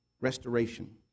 Restoration